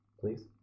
Please